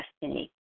destiny